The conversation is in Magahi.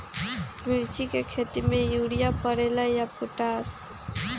मिर्ची के खेती में यूरिया परेला या पोटाश?